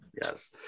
Yes